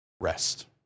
rest